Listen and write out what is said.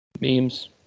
Memes